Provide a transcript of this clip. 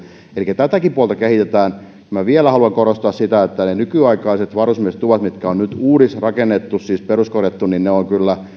elikkä tätäkin puolta kehitetään minä haluan vielä korostaa sitä että ne nykyaikaiset varusmiestuvat mitkä on nyt uudisrakennettu siis peruskorjattu ovat kyllä